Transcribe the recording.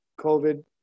COVID